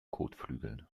kotflügeln